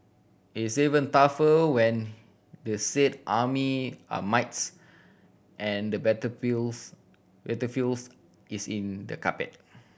it's even tougher when the said army are mites and the battlefields battlefields is in the carpet